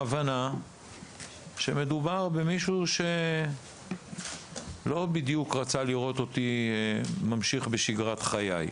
ההבנה שמדובר במישהו שלא בדיוק רצה לראות אותי ממשיך בשגרת חיי.